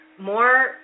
more